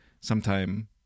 sometime